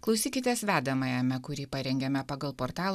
klausykitės vedamajame kurį parengėme pagal portalo